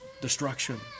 destruction